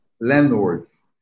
landlords